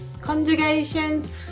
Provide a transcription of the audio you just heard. conjugations